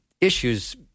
issues